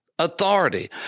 Authority